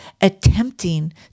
attempting